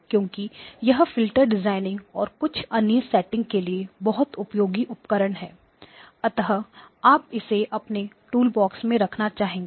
क्योंकि यह filter designing और कुछ अन्य सेटिंग्स के लिए बहुत उपयोगी उपकरण है अतः आप इसे अपने टूलबॉक्सtoolbox में रखना चाहेंगे